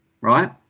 right